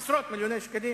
עשרות מיליוני שקלים?